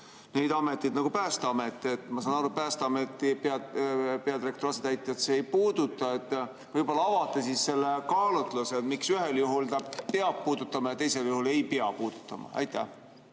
neid ameteid, nagu Päästeamet. Ma saan aru, et Päästeameti peadirektori asetäitjat see ei puuduta. Võib-olla avate selle kaalutluse, miks ühel juhul ta peab puudutama ja teisel juhul ei pea puudutama? Suur